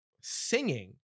singing